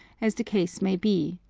as the case may be,